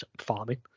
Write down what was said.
farming